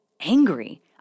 angry